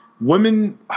women